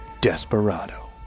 Desperado